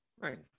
Right